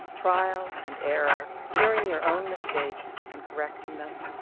trial and error, hearing your own mistakes and correcting them.